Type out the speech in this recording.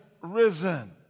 risen